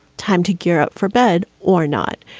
time to gear up for bed or not?